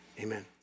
Amen